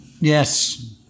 Yes